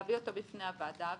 להביא אותם בפני הוועדה.